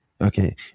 Okay